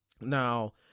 now